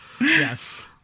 Yes